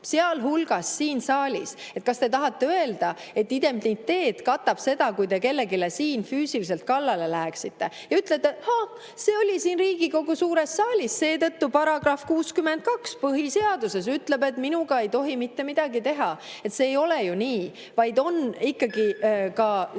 sealhulgas siin saalis. Kas te tahate öelda, et indemniteet katab seda, kui te kellelegi siin füüsiliselt kallale läheksite? Ja ütlete: haa!, see oli siin Riigikogu suures saalis, seetõttu § 62 põhiseaduses ütleb, et minuga ei tohi mitte midagi teha. See ei ole ju nii, vaid on ikkagi ka